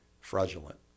fraudulent